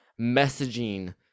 messaging